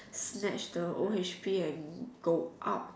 snatch the O_H_P and go up